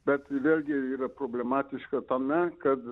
bet vėlgi yra problematiška tame kad